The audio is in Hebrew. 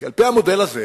כי על-פי המודל הזה